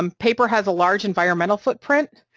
um paper has a large environmental footprint,